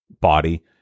body